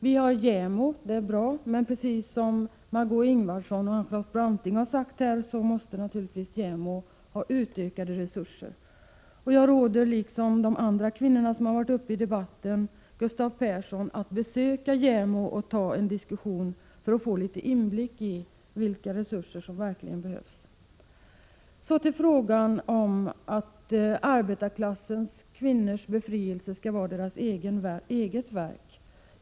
Vi har JämO, och det är bra, men precis 13 maj 1987 som Margéö Ingvardsson och Charlotte Branting har sagt måste naturligtvis JämO ha utökade resurser. Liksom de andra kvinnor som varit uppe i debatten råder jag Gustav Persson att besöka JämO och ta en diskussion för att få litet inblick i vilka resurser som verkligen behövs. Så till frågan om att arbetarklassens kvinnors befrielse skall vara deras eget verk.